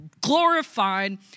Glorified